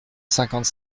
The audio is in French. cinquante